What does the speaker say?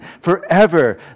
forever